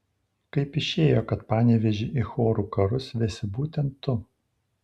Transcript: kaip išėjo kad panevėžį į chorų karus vesi būtent tu